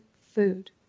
food